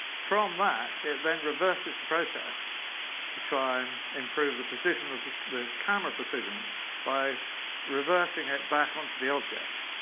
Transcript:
from that, it then reverses the process to try and improve the position of the camera precision by reversing it back onto the object.